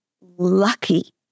lucky